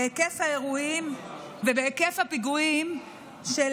בהיקף האירועים ובהיקף הפיגועים של